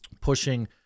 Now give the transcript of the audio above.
pushing